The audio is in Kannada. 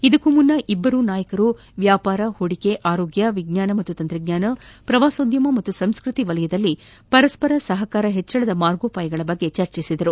ಇದಕ್ಕೂ ಮುನ್ನ ಇಬ್ಬರೂ ನಾಯಕರು ವ್ಯಾಪಾರ ಹೂಡಿಕೆ ಆರೋಗ್ಲ ವಿಜ್ಞಾನ ಮತ್ತು ತಂತ್ರಜ್ಞಾನ ಪ್ರವಾಸೋದ್ಲಮ ಹಾಗೂ ಸಂಸ್ಕತಿ ವಲಯದಲ್ಲಿ ಪರಸ್ವರ ಸಹಕಾರ ಹೆಚ್ಚಿಸುವ ಮಾರ್ಗೋಪಾಯಗಳ ಬಗ್ಗೆ ಚರ್ಚೆ ನಡೆಸಿದರು